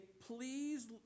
Please